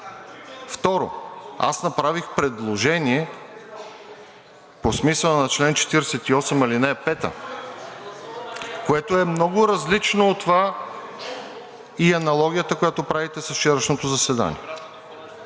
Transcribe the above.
Второ, аз направих предложение по смисъла на чл. 48, ал. 5, което е много различно от това и аналогията, която правите с вчерашното заседание.